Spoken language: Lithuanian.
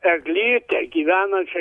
eglytę gyvenančią